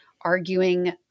arguing